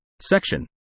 Section